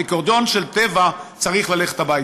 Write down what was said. הדירקטוריון של טבע צריך ללכת הביתה.